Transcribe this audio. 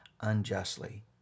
unjustly